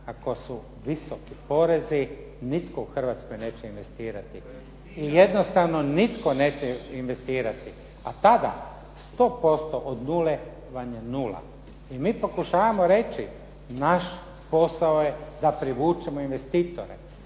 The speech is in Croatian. ako su visoki porezi nitko u Hrvatskoj neće investirati. I jednostavno nitko neće investirati, a tada 100% od nule vam je nula. I mi pokušavamo reći, naš posao je da privučemo investitore.